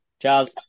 Charles